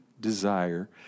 desire